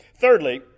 Thirdly